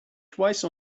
twice